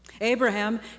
Abraham